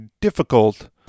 difficult